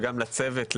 וגם לצוות,